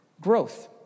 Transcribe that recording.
growth